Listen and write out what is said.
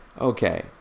okay